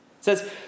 says